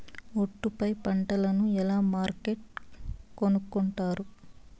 ఒట్టు పై పంటను ఎలా మార్కెట్ కొనుక్కొంటారు?